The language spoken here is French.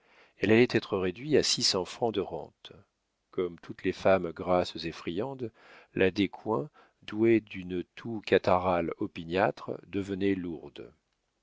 elle allait être réduite à six cents francs de rente comme toutes les femmes grasses et friandes la descoings douée d'une toux catarrhale opiniâtre devenait lourde